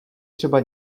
třeba